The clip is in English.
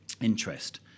interest